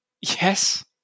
Yes